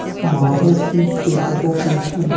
माहो कीट केँ प्रकोपक लक्षण?